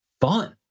fun